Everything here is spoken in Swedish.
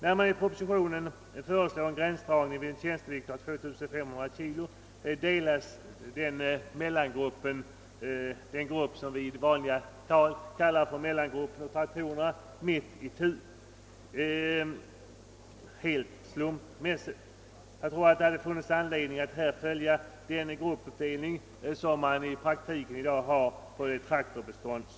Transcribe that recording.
Genom propositionens förslag om en gränsdragning vid en tjänstevikt av 2500 kilo delas den grupp traktorer vi i dagligt tal kallar för mellantraktorer mitt itu helt slumpmässigt. Jag anser det hade funnits anledning att här följa den gruppindelning vi i verkligheten i dag har för det befintliga traktorbeståndet.